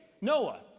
noah